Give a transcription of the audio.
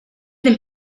them